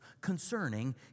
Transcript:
concerning